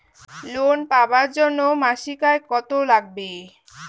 Loan পাবার জন্যে মাসিক আয় কতো লাগবে?